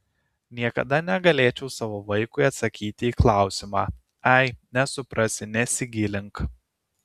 niekada negalėčiau savo vaikui atsakyti į klausimą ai nesuprasi nesigilink